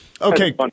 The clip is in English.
Okay